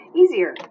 easier